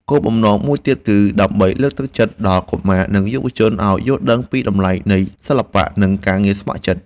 គោលបំណងមួយទៀតគឺដើម្បីលើកទឹកចិត្តដល់កុមារ និងយុវជនឱ្យយល់ដឹងពីតម្លៃនៃសិល្បៈ និងការងារស្ម័គ្រចិត្ត។